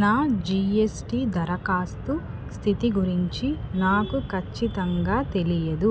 నా జిఎస్టి దరఖాస్తు స్థితి గురించి నాకు ఖచ్చితంగా తెలియదు